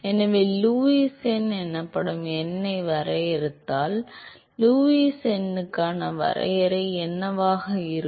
எனவே லூயிஸ் எண் எனப்படும் எண்ணை வரையறுத்தால் லூயிஸ் எண்ணுக்கான வரையறை என்னவாக இருக்கும்